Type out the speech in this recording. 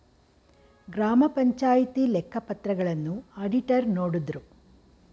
ಗ್ರಾಮ ಪಂಚಾಯಿತಿ ಲೆಕ್ಕ ಪತ್ರಗಳನ್ನ ಅಡಿಟರ್ ನೋಡುದ್ರು